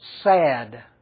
sad